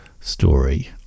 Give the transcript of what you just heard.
story